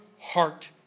heart